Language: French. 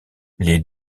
les